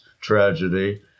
tragedy